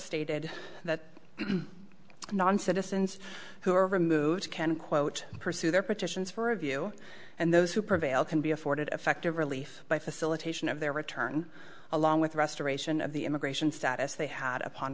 stated that non citizens who are removed can quote pursue their petitions for a view and those who prevail can be afforded effective relief by facilitation of their return along with the restoration of the immigration status they had upon